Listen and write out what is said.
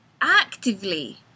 actively